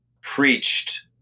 preached